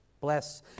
bless